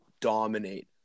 dominate